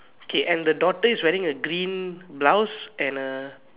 okay and the daughter is wearing a green blouse and a